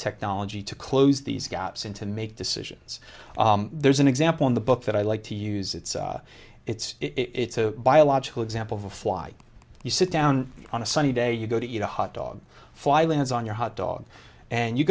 technology to close these gaps in to make decisions there's an example in the book that i like to use it's it's it's a biological example of a fly you sit down on a sunny day you go to eat a hotdog fly lands on your hot dog and you